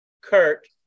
Kurt